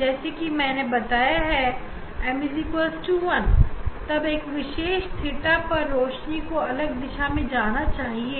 जैसा कि मैंने बताया है की जब m 1 तब विशेष एंगल थीटा पर रोशनी को अलग दिशा में जाना चाहिए